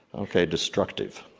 okay, destructive.